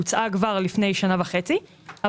תוכנית מס' 3 206202,